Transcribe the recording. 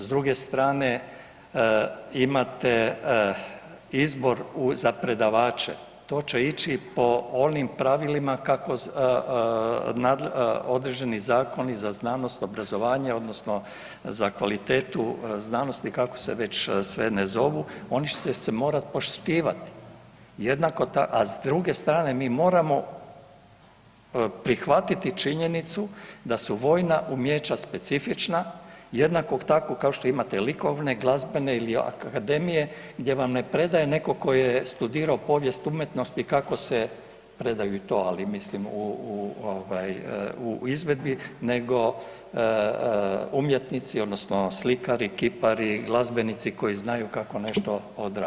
S druge strane, imate izbor za predavače, to će ići po onim pravilima određeni zakoni za znanost, obrazovanje odnosno za kvalitetu znanosti kako se već sve ne zovu, oni će se morat poštivati a s druge strane mi moramo prihvatiti činjenicu da su vojna umijeća specifična jednako tako kao što imate likovne, glazbene akademije gdje vam ne predaje netko tko je studirao povijest umjetnosti kako se predaju i to, ali mislim u izvedbi nego umjetnici odnosno slikari, kipari, glazbenici koji znaju kako nešto odraditi.